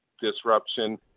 disruption